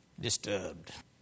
Disturbed